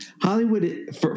Hollywood